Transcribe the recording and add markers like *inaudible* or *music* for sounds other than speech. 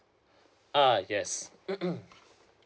ah yes *coughs*